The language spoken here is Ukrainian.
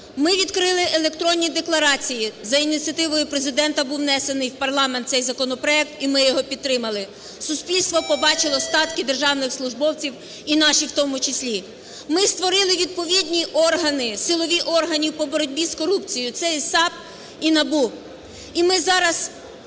Ми відкрили електронні декларації, за ініціативою Президента був внесений в парламент цей законопроект, і ми його підтримали. Суспільство побачило статки державних службовців, і наших в тому числі. Ми створили відповідні органи, силові органи по боротьбі з корупцією, це є САП і НАБУ.